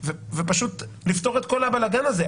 ופשוט לפתור את כל הבלגן הזה.